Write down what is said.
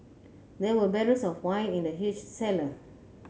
there were barrels of wine in the huge cellar